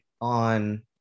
on